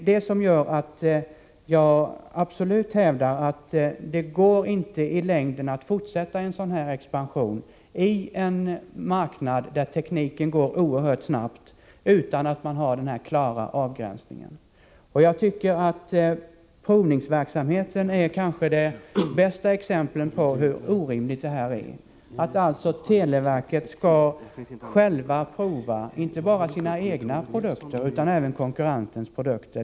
Jag hävdar absolut att det i längden inte går att fortsätta en sådan här expansion, inom en marknad där tekniken utvecklas oerhört snabbt, utan att det görs en klar avgränsning. Provningsverksamheten är kanske det bästa exemplet på hur orimlig situationen är. Den innebär alltså att televerket självt skall prova inte bara sina egna produkter utan även konkurrenternas produkter.